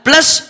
Plus